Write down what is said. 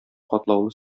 катлаулы